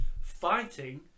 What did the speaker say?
fighting